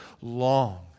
long